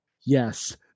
Yes